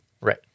Right